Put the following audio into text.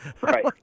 Right